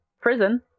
prison